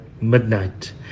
midnight